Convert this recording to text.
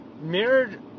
mirrored